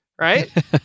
Right